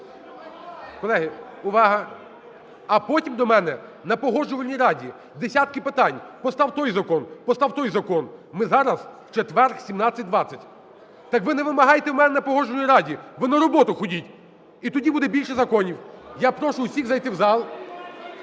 Колеги, увага! А потім до мене на Погоджувальній раді десятки питань: постав той закон, постав той закон. Ми зараз в четвер 17:20, так, ви не вимагайте в мене на Погоджувальній раді, ви на роботу ходіть і тоді буде більше законів. Я прошу усіх зайти в зал.